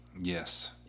yes